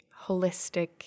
holistic